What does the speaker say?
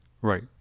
right